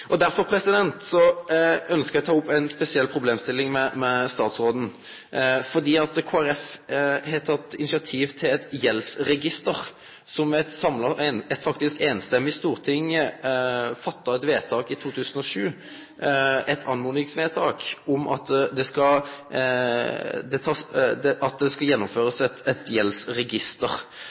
Derfor ønskjer eg å ta opp ein spesiell problemstilling med statsråden, fordi Kristeleg Folkeparti har teke initiativ til eit gjeldsregister, som Stortinget faktisk gjorde eit samrøystes vedtak om i 2007, eit vedtak med oppmoding om at ein skal gjennomføre eit gjeldsregister. I vedtaket ligg det at ein tek sikte på at det